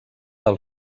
del